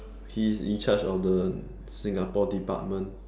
he's in charge of the Singapore department